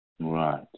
Right